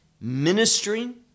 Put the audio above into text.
ministering